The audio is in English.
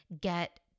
get